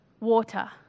water